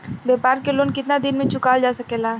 व्यापार के लोन कितना दिन मे चुकावल जा सकेला?